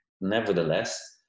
nevertheless